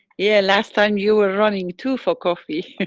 yeah, last time you where running too for coffee.